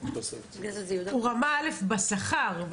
א' בשכר,